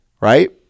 right